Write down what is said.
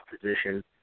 position